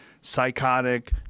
psychotic